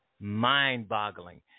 mind-boggling